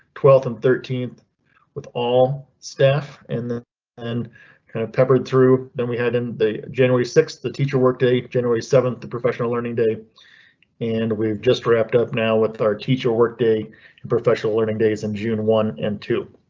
twelfth and thirteenth with all staff and and kind of peppered through then we had in the january sixth the teacher work day january seventh to professional learning day and we just wrapped up now with our teacher work day and professional learning days in june one and two.